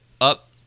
up